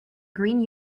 green